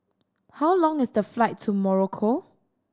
how long is the flight to Morocco